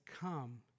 come